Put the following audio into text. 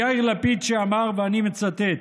מיאיר לפיד, שאמר, אני מצטט: